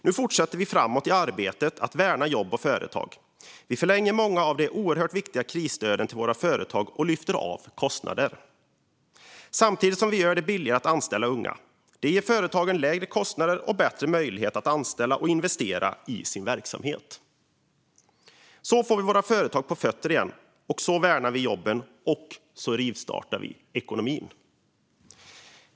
Nu fortsätter vi framåt i arbetet för att värna jobb och företag. Vi förlänger många av de oerhört viktiga krisstöden till våra företag och lyfter av kostnader samtidigt som vi gör det billigare att anställa unga. Detta ger företagen lägre kostnader och bättre möjligheter att anställa och investera i sin verksamhet. Så får vi våra företag på fötter igen, så värnar vi jobben och så rivstartar vi ekonomin.